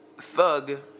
Thug